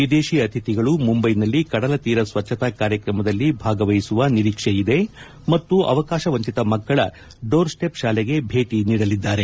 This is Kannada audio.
ವಿದೇಶಿ ಅತಿಥಿಗಳು ಮುಂಬೈನಲ್ಲಿ ಕಡಲ ತೀರ ಸ್ವಚ್ಚತಾ ಕಾರ್ಯಕ್ರಮದಲ್ಲಿ ಭಾಗವಹಿಸುವ ನಿರೀಕ್ಷೆ ಇದೆ ಮತ್ತು ಅವಕಾಶ ವಂಚಿತ ಮಕ್ಕಳ ಡೋರ್ ಸ್ಪೆಪ್ ಶಾಲೆಗೆ ಭೇಟಿ ನೀಡಲಿದ್ದಾರೆ